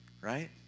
right